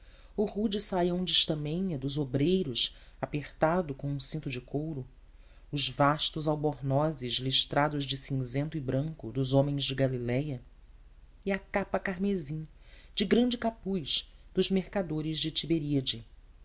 o rude saião de estamenha dos obreiros apertado com um cinto de couro os vastos albornozes listrados de cinzento e branco dos homens de galiléia e a capa carmesim de grande capuz dos mercadores de tiberíade